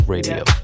Radio